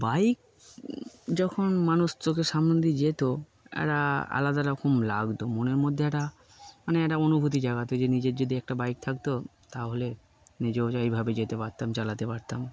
bike যখন মানুষ চোখ সামনে দিয়ে যেত একটা আলাদা রকম লাগতো মনের মধ্যে একটা মানে একটা অনুভূতি জাগাতো যে নিজের যদি একটা বাইক থাকতো তাহলে নিজেও এইভাবে যেতে পারতাম চালাতে পারতাম